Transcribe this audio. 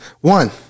One